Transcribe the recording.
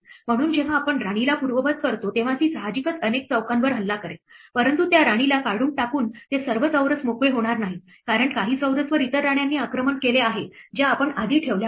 म्हणून जेव्हा आपण राणीला पूर्ववत करतो तेव्हा ती साहजिकच अनेक चौकांवर हल्ला करेल परंतु त्या राणीला काढून टाकून ते सर्व चौरस मोकळे होणार नाहीत कारण काही चौरस वर इतर राण्यांनी आक्रमण केले आहे ज्या आपण आधी ठेवल्या होत्या